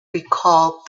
recalled